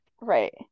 right